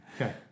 Okay